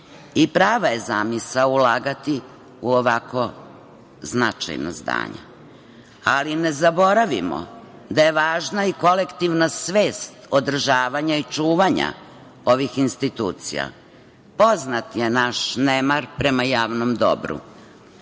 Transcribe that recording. I, prava je zamisao ulagati u ovako značajna zdanja, ali ne zaboravimo da je važna i kolektivna svest održavanja i čuvanja ovih institucija. Poznat je naš nemar prema javnom dobru.